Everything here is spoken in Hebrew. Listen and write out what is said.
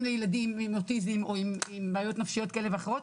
לילדים עם אוטיזם או עם בעיות נפשיות כאלה ואחרות,